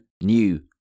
new